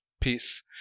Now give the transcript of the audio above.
peace